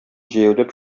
җәяүләп